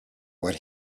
what